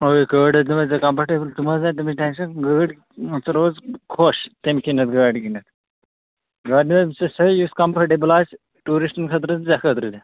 مگر یہِ گٲڑۍ حظ دیٛاونٲوۍزِ کمفٲرٹیبُل ژٕ مہٕ حظ ہے تَمِچ ٹٮ۪نشَن گٲڑۍ ژٕ روز خۄش تَمۍ کِنٮ۪تھ گاڑِ کِنٮ۪تھ گاڑِ دِمَے بہٕ ژےٚ سۄے یۅس کَمفٲرٹیبُل آسہِ ٹیٛوٗرِسٹَن خٲطرٕ تہٕ ژےٚ خٲطرٕ تہِ